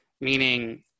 Meaning